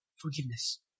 forgiveness